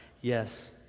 Yes